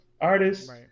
artists